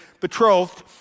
betrothed